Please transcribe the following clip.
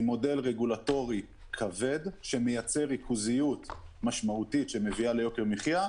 ממודל רגולטורי כבד שמייצר ריכוזיות משמעותית שמביאה ליוקר מחייה,